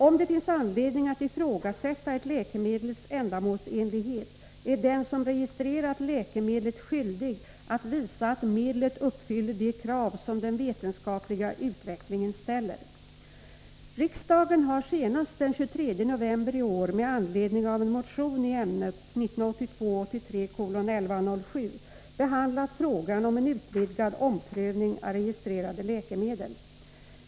Om det finns anledning att ifrågasätta ett läkemedels ändamålsenlighet, är den som registrerat läkemedlet skyldig att visa att medlet uppfyller de krav som den vetenskapliga utvecklingen ställer. Riksdagen har så sent som den 23 november i år med anledning av en motion i ämnet behandlat frågan om en utvidgad omprövning av registrerade läkemedel.